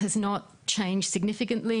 במחוזות המזרחיים,